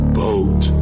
boat